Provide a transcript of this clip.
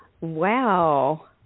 Wow